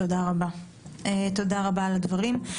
תודה רבה על הדברים.